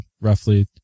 roughly